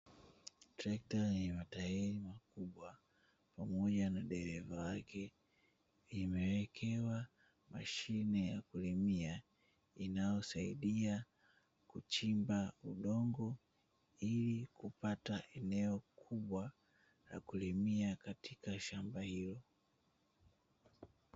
Trekta ya matairi makubwa pamoja na dereva wake imewekewa mashine ya kulimia inayosaidia kuchimba udongo ili kupata eneo kubwa la kulimia katika shamba hilo.